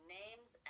names